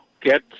get